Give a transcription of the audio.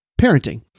parenting